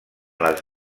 les